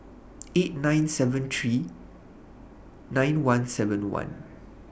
eight nine seven three nine one seven one